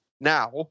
now